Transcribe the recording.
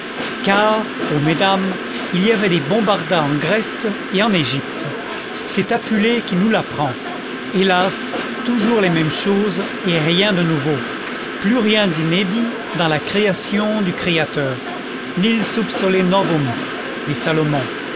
car ô mesdames il y avait des bombarda en grèce et en égypte c'est apulée qui nous l'apprend hélas toujours les mêmes choses et rien de nouveau plus rien d'inédit dans la création du créateur nil sub sole novum dit salomon